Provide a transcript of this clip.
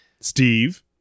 steve